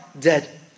dead